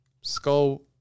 Skull